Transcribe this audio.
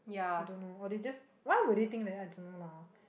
I don't know or they just why would they think that I don't know mah